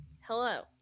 hello